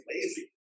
lazy